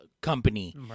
company